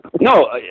No